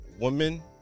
woman